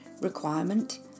Requirement